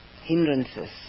hindrances